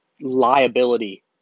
liability